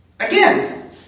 Again